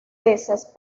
veces